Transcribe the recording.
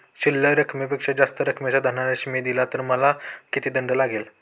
शिल्लक रकमेपेक्षा जास्त रकमेचा धनादेश मी दिला तर मला किती दंड लागेल?